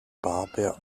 barber